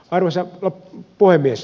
arvoisa puhemies